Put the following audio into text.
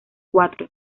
cuatro